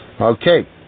Okay